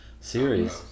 series